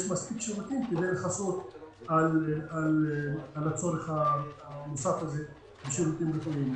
מספיק שירותים כדי לכסות על הצורך הנוסף הזה בשירותים רפואיים.